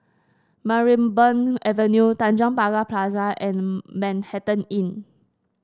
Sarimbun Avenue Tanjong Pagar Plaza and Manhattan Inn